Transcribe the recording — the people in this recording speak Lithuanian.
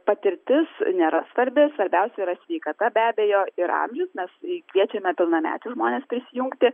patirtis nėra svarbi svarbiausia yra sveikata be abejo ir amžius mes kiečiame pilnamečius žmones prisijungti